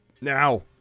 Now